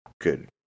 good